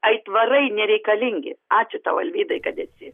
aitvarai nereikalingi ačiū tau alvydai kad esi